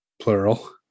Plural